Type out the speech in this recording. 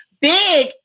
big